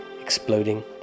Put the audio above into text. exploding